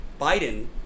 Biden